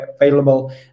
available